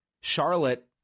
Charlotte